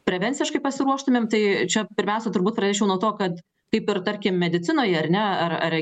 prevenciškai pasiruoštumėm tai čia pirmiausia turbūt nuo to kad kaip ir tarkim medicinoje ar ne ar ar